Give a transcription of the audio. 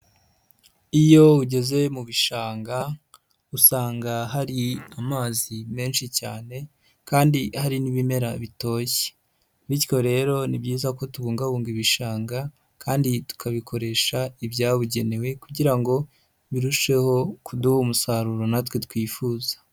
Iyo ugeze mu bishanga usanga hari amazi menshi cyane kandi hari n'ibimera bitoshye, bityo rero ni byiza ko tubungabunga ibishanga kandi tukabikoresha ibyabugenewe kugira ngo birusheho kuduha umusaruro natwe twifuza.